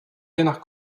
canard